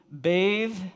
bathe